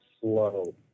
slow